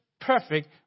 perfect